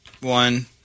one